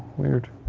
weird.